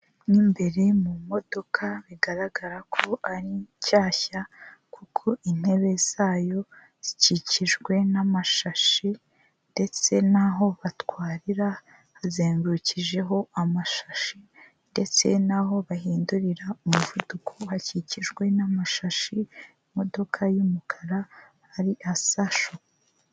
Mo imbere mu modoka bigaragara ko ari nshyashya, kuko intebe zayo zikikijwe n'amashashi ndetse n'aho batwarira hazengurukijeho amashashi, ndetse n'aho bahindurira umuvuduko hakikijwe n'amashashi, imodoka y'umukara ari Asasho.